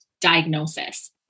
diagnosis